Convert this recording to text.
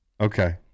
Okay